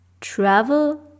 travel